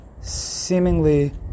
seemingly